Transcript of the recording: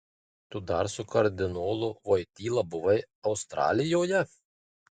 tu dar su kardinolu voityla buvai australijoje